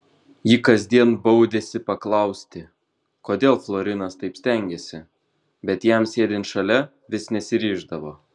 ji kasdien baudėsi paklausti kodėl florinas taip stengiasi bet jam sėdint šalia vis nesiryždavo